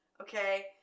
okay